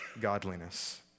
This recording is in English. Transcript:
godliness